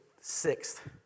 sixth